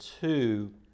two